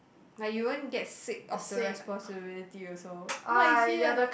like you won't get sick of the responsibility also not easy eh